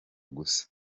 gusa